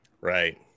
Right